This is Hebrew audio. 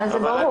זה ברור.